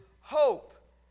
hope